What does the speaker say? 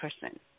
person